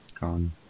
gone